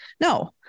No